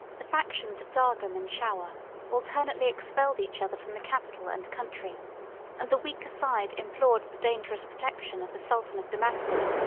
the factions of dargham and shawer alternately expelled each other from the capital and country and the weaker side implored the dangerous protection of the sultan of damascus,